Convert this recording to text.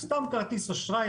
אלא סתם כרטיס אשראי,